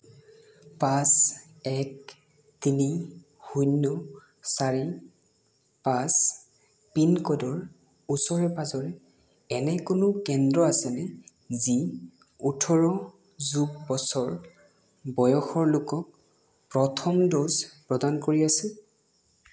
পাঁচ এক তিনি শূন্য চাৰি পাঁচ পিন ক'ডৰ ওচৰে পাজৰে এনে কোনো কেন্দ্ৰ আছেনে যি ওঠৰ যোগ বছৰ বয়সৰ লোকক প্ৰথম ড'জ প্ৰদান কৰি আছে